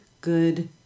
good